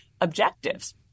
objectives